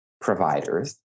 providers